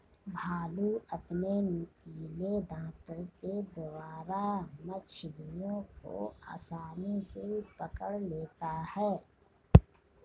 भालू अपने नुकीले दातों के द्वारा मछलियों को आसानी से पकड़ लेता है